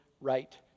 right